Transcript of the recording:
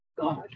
god